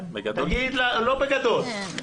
כן, בגדול --- לא בגדול.